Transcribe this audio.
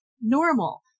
normal